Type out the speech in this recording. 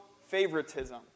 favoritism